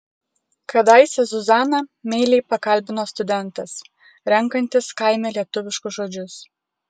kadaise zuzaną meiliai pakalbino studentas renkantis kaime lietuviškus žodžius